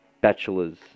Bachelor's